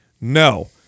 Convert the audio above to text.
No